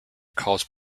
calls